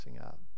up